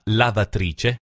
lavatrice